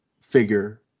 figure